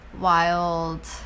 wild